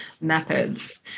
methods